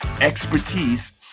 expertise